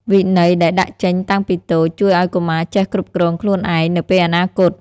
វិន័យដែលដាក់ចេញតាំងពីតូច ជួយឱ្យកុមារចេះគ្រប់គ្រងខ្លួនឯងនៅពេលអនាគត។